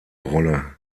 rolle